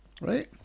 right